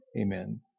Amen